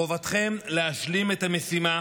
חובתכם להשלים את המשימה